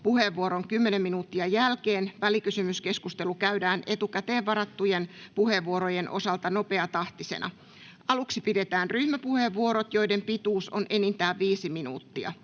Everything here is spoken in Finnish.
puheenvuoron, kymmenen minuuttia, jälkeen välikysymyskeskustelu käydään etukäteen varattujen puheenvuorojen osalta nopeatahtisena. Aluksi pidetään ryhmäpuheenvuorot, joiden pituus on enintään viisi minuuttia.